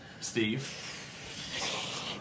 Steve